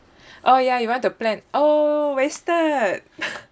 oh ya you want to plan oh wasted